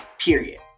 period